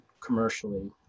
commercially